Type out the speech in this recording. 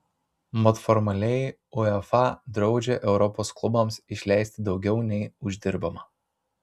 mat formaliai uefa draudžia europos klubams išleisti daugiau nei uždirbama